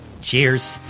Cheers